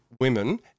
women